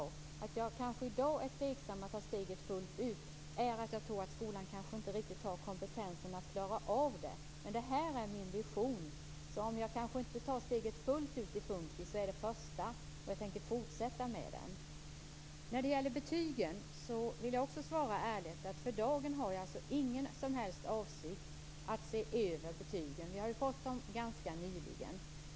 Att jag i dag är tveksam att ta steget fullt ut beror på att jag tror att skolan kanske inte har kompetensen att klara av det, men det här är min vision. Om jag inte tar steget fullt ut med FUN KIS är det ändå det första, och jag tänker fortsätta med det. När det gäller betygen vill jag svara ärligt att jag för dagen inte har någon som helst avsikt att se över betygen. Vi har ju fått dem ganska nyligen.